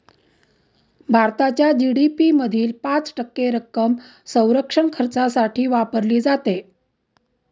भारताच्या जी.डी.पी मधील पाच टक्के रक्कम संरक्षण खर्चासाठी वापरली जाते